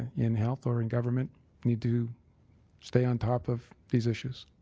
in health or in government we do stay on top of these issues.